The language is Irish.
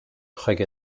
chuige